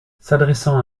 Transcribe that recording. s’adressant